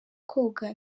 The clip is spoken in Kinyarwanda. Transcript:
koga